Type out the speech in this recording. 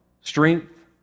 strength